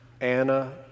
Anna